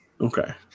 Okay